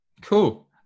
Cool